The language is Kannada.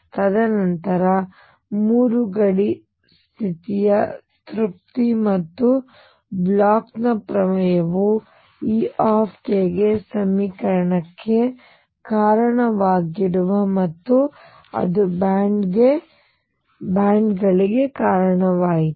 ತದನಂತರ ಮೂರು ಗಡಿ ಸ್ಥಿತಿಯ ತೃಪ್ತಿ ಮತ್ತು ಬ್ಲೋಚ್blochನ ಪ್ರಮೇಯವು E ಗೆ ಸಮೀಕರಣಕ್ಕೆ ಕಾರಣವಾಯಿತು ಮತ್ತು ಅದು ಬ್ಯಾಂಡ್ಗಳಿಗೆ ಕಾರಣವಾಯಿತು